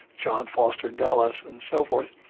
john foster dulles and so forth.